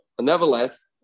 Nevertheless